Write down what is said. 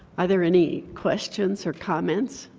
are there any questions or comments?